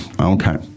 Okay